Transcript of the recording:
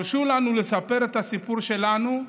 הרשו לנו לספר את הסיפור שלנו,